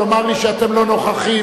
או לומר לי שאתם לא נוכחים.